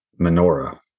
menorah